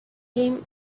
game